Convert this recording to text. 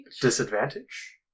Disadvantage